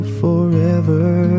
forever